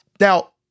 Now